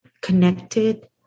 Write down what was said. connected